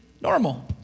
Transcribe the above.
Normal